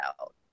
out